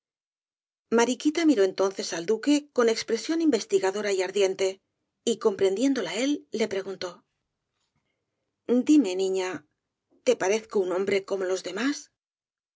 mariquita miró entonces al duque con expresión investigadora y ardiente y comprendiéndola él le preguntó dime niña te parezco un hombre como los demás el caballero de